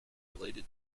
related